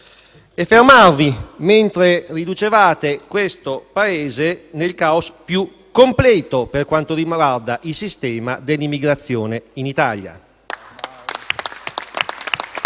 e fermarvi mentre riducevate questo Paese nel *caos* più completo per quanto riguarda il sistema dell'immigrazione in Italia.